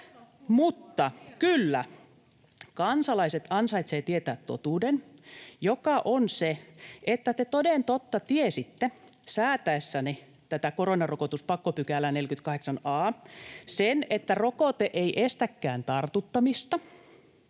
mutta kyllä kansalaiset ansaitsevat tietää totuuden, joka on se, että te toden totta säätäessänne tätä koronarokotuspakkopykälää 48 a tiesitte sen, että rokote ei estäkään tartuttamista.